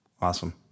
awesome